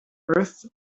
earth